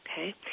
Okay